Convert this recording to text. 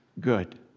good